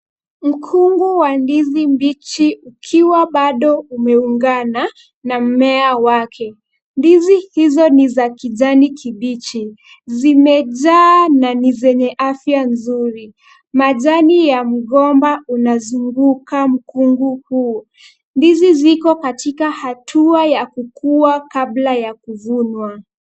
Mkungu wa ndizi bichi ukiwa bado umeungana na mmea wake. Ndizi hizo ni za kijani kibichi, zimejaa na ni zenye afya nzuri. Majani ya mgomba unazunguka mkungu huo, ndizi ziko katika hatua ya kukua kabla ya kuvunwa.